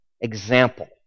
example